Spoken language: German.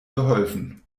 geholfen